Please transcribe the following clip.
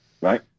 right